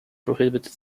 prohibited